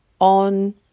on